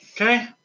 Okay